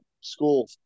school